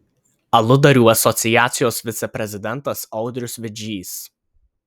aludarių asociacijos viceprezidentas audrius vidžys